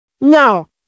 No